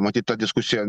matyt ta diskusija